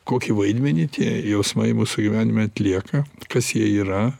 kokį vaidmenį tie jausmai mūsų gyvenime atlieka kas jie yra